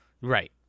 Right